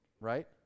right